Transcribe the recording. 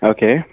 Okay